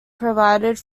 provided